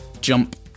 Jump